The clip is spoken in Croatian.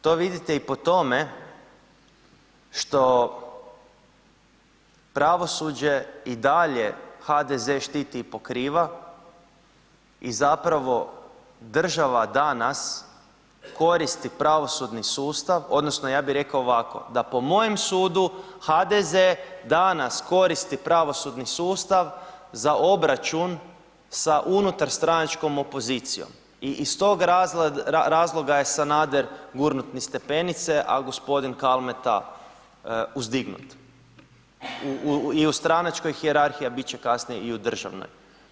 To vidite i po tome, što pravosuđe i dalje HDZ štiti i pokriva i zapravo država danas, koristi pravosudni sustav, odnosno, ja bi rekao ovako, da po mojem sudu, HDZ danas koristi pravosudni sustav za obračun sa unutarstranačkom opozicijom i iz tog razloga je Sanader gurnut niz stepenice, a gospodin Kalmeta uzdignut i u stranačkoj hijerarhiji, a biti će kasnije i u državnoj.